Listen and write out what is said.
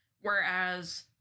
Whereas